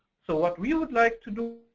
so what we would like to do,